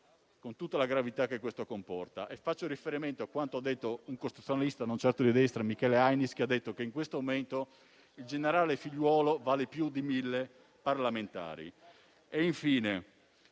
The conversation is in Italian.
con tutta la gravità che questo comporta. Faccio riferimento a quanto detto da un costituzionalista non certo di destra, Michele Ainis, che ha detto che, in questo momento, il generale Figliuolo vale più di mille parlamentari.